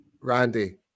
Randy